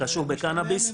קשור בקנאביס,